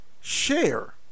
share